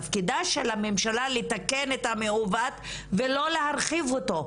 תפקידה של הממשלה לתקן את המעוות ולא להרחיב אותו.